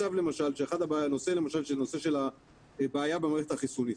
נושא של בעיה במערכת החיסונית.